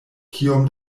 kiom